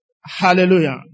Hallelujah